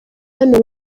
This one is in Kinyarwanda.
hano